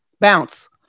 bounce